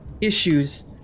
issues